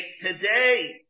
today